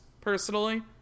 personally